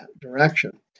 direction